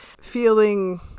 feeling